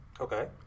Okay